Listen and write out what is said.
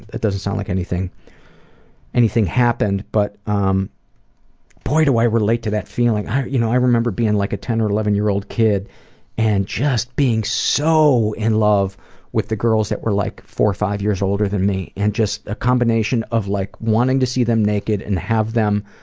it doesn't sound like anything anything happened, but um boy do i relate to that feeling. you know, i remember being like a ten or eleven-year-old kid and just being so in love with the girls that were like four or five years older than me, and just a combination of like wanting to see them naked and have them